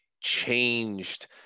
changed